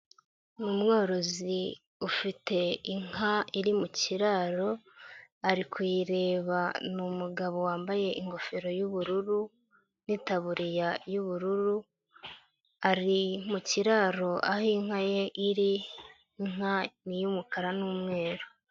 Ni umworozi ufite inka iri mu kiraro, ari kuyireba n'umugabo wambaye ingofero y'ubururu, n'itabuririya y'ubururu, ari mu kiraro aho inka ye iri, inka ni y'umukara n'umweru.